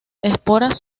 esporas